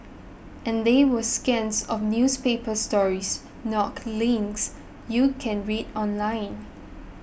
and they were scans of newspaper stories not links you can read online